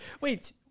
Wait